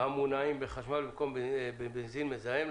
המונעים בחשמל במקום בבנזין מזהם,